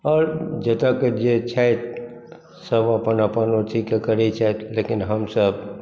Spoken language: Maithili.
आओर जतऽ कऽ जे छथि सभ अपन अपन अथिके करैत छथि लेकिन हमसभ